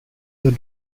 der